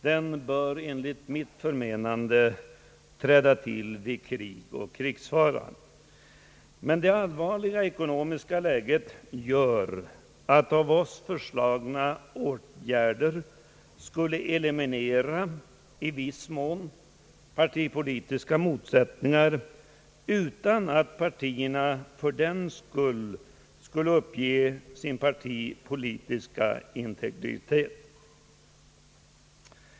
Den bör enligt mitt förmenande träda till vid krig och krigsfara. Det allvarliga ekonomiska läget gör dock att av oss föreslagna åtgärder i viss mån skulle eliminera partipolitiska motsättningar utan att partierna fördenskull behövde uppge sin partipolitiska integritet.